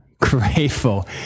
grateful